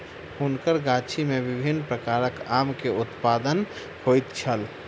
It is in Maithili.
हुनकर गाछी में विभिन्न प्रकारक आम के उत्पादन होइत छल